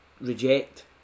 reject